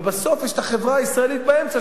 ובסוף יש החברה הישראלית באמצע,